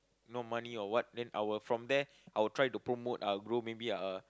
no money or what then I will from there I will try to promote uh grow maybe uh